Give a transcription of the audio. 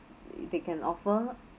you that can offer